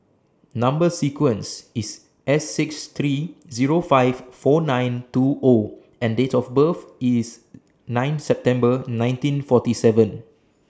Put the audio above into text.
Number sequence IS S six three Zero five four nine two O and Date of birth IS nine September nineteen forty seven